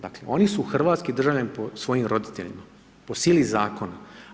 Dakle oni su hrvatski državljani po svojim roditeljima, po sili zakona.